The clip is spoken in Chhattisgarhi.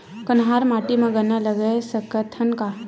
कन्हार माटी म गन्ना लगय सकथ न का?